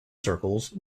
circles